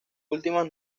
últimas